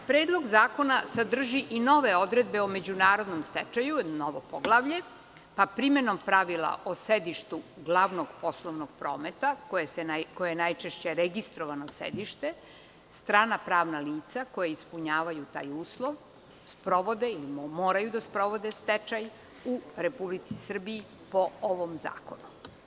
Predlog zakona sadrži i nove odredbe o međunarodnom stečaju, novo poglavlje, pa primenom pravila o sedištu glavnog poslovnog prometa, koje je najčešće registrovano sedište, strana pravna lica, koja ispunjavaju taj uslov, sprovode i moraju da sprovode stečaj u Republici Srbiji po ovom zakonu.